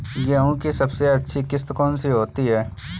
गेहूँ की सबसे अच्छी किश्त कौन सी होती है?